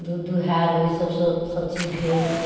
दूध दुहाएल ओहि सभ से सभ चीज भेल